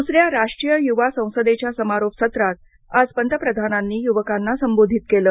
दुसऱ्या राष्ट्रीय युवा संसदेच्या समारोप सत्रात आज पंतप्रधानांनी युवकांना संबोधित केल